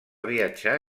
viatjar